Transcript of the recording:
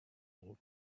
old